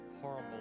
horrible